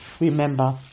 Remember